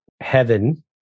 heaven